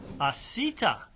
asita